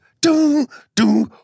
do-do